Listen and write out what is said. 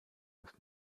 ist